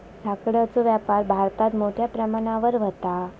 लाकडाचो व्यापार भारतात मोठ्या प्रमाणावर व्हता